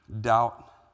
Doubt